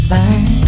Learn